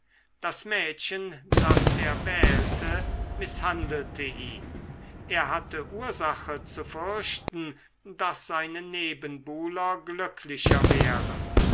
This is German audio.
das mädchen das er wählte mißhandelte ihn er hatte ursache zu fürchten daß seine nebenbuhler glücklicher wären